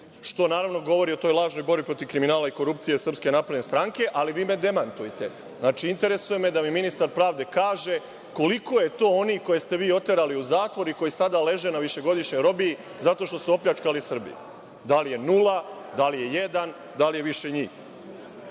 što naravno govori o toj lažnoj borbi protiv kriminala i korupcije SNS, ali vi me demantujte. Znači, interesuje me da mi ministar pravde kaže koliko je to onih koje ste vi oterali u zatvor i koji sada leže na višegodišnjoj robiji zato što su opljačkali Srbiju. Da li je nula, da li je jedan, da li je više